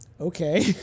okay